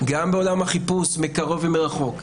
גם בעולם החיפוש מקרוב ומרחוק,